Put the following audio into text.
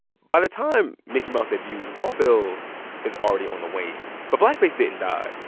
by the time mickey mouse debuts, vaudeville is already on the wane. but blackface didn't die.